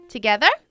Together